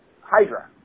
Hydra